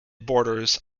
borders